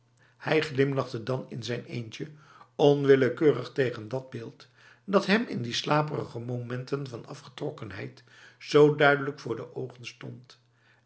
hij glimlachte dan in zijn eentje onwillekeurig tegen dat beeld dat hem in die slaperige momenten van afgetrokkenheid zo duidelijk voor de ogen stond